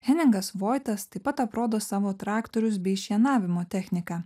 heningas voitas taip pat aprodo savo traktorius bei šienavimo technika